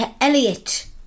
Elliott